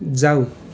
जाऊ